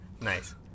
Nice